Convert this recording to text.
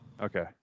Okay